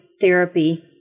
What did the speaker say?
therapy